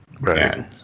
right